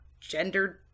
gendered